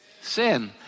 Sin